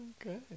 Okay